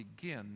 begin